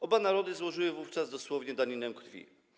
Oba narody złożyły wówczas dosłownie daninę krwi.